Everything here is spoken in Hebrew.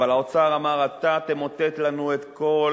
אבל האוצר אמר: אתה תמוטט לנו את כל